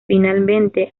finalmente